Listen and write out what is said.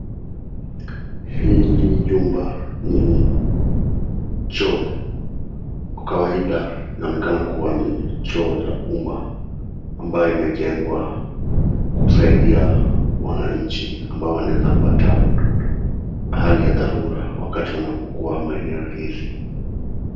Hili jumba ni choo, kwa kawaida inaonekana kuwa ni choo ya uma ambayo imejengwa kusaidia wananchi ambao wanaezapata hali ya dharura wakati wanapokuwa maeneo hizi.